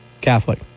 catholic